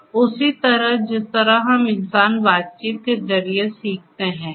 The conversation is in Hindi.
तो उसी तरह जिस तरह हम इंसान बातचीत के जरिए सीखते हैं